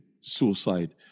suicide